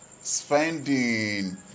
spending